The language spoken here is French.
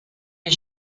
des